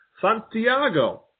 Santiago